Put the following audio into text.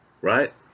Right